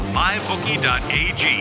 mybookie.ag